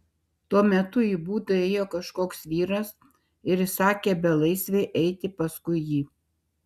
tuo metu į būdą įėjo kažkoks vyras ir įsakė belaisvei eiti paskui jį